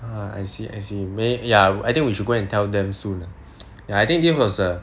ah I see I see may ya I think we should go and tell them soon ah ya I think it was a